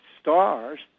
stars